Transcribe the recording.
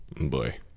Boy